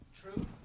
True